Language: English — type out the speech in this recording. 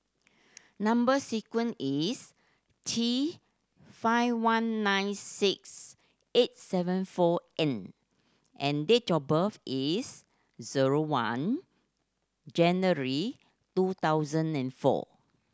number sequence is T five one nine six eight seven four N and date of birth is zero one January two thousand and four